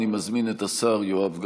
אני מזמין את השר יואב גלנט,